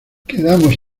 quedamos